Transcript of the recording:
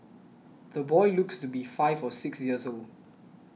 the boy looks to be five or six years old